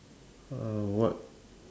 uh what